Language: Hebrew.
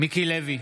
מיקי לוי,